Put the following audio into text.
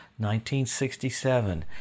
1967